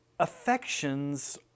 affections